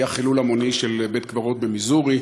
היה חילול המוני של בית-קברות במיזורי.